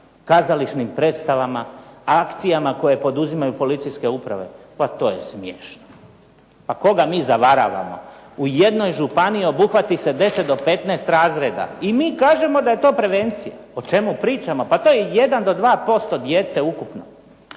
kazališnim predstavama, akcijama koje poduzimaju policijske uprave. Pa to je smiješno. Pa koga mi zavaravamo? U jednoj županiji obuhvati se 10 do 15 razreda i mi kažemo da je to prevencija. O čemu pričamo? Pa to je 1 do 2% djece ukupno,